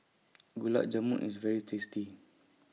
Gulab Jamun IS very tasty